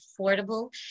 affordable